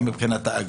גם מבחינת האגרה.